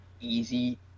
easy